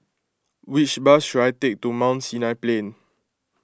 which bus should I take to Mount Sinai Plain